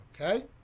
okay